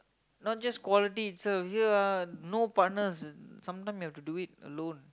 not just quality itself here ah no partners sometimes you have to do it alone